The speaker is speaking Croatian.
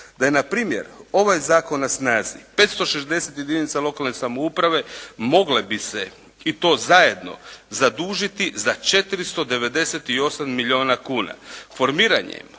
Da je npr. ovaj zakon na snazi, 560 jedinica lokalne samouprave mogle bi se i to zajedno zadužiti za 498 milijuna kuna. Formiranjem,